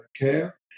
care